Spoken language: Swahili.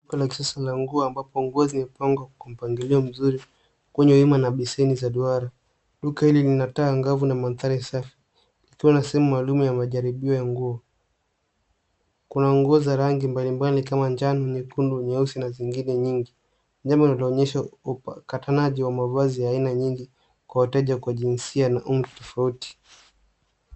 Duka la kisasa la nguo amabpo nguo zimepangwa kwa mpangilio mzuri kwenye vyuma na beseni za duara. Duka hili lina taa angavu na mandhari safi likiwa na sehemu maalum ya majaribio ya nguo. Kuna nguo za rangi mbalimbali kama vile njano, nyekundu, nyeusi na zingine nyingi. Nyuma unaonyesha ukatanaji wa mavazi ya aina nyingi kwa wateja kwa jinsia na umri tofauti.